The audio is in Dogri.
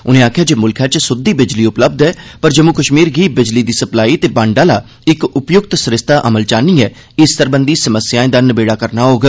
उनें आखेआ जे मुल्खै च सुद्दी बिजली उपलब्ध ऐ पर जम्मू कश्मीर गी बिजली दी सप्लाई ते बंड आह्ला इक उपयुक्त सरिस्ता अमल च आह्न्नियै इस सरबंधी समस्याएं दा नबेड़ा करना होग